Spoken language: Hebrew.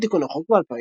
הצעה לתיקון החוק ב-2018